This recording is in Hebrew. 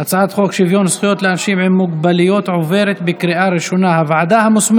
שוויון זכויות לאנשים עם מוגבלויות (תיקון מס' 19),